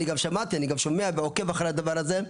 אני שמעתי ושומע ועוקב אחרי הדבר הזה,